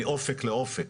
מאופק לאופק